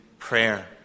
prayer